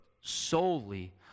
solely